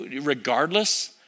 Regardless